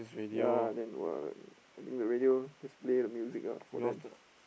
ya then !wah! I think the radio just play the music ah for them